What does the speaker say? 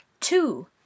two